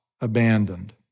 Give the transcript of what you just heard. abandoned